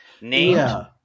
named